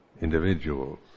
individuals